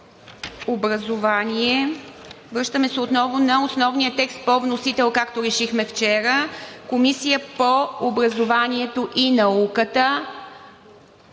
образованието. Връщаме се отново на основния текст по вносител, както решихме вчера – „Комисия по образованието и науката“